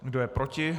Kdo je proti?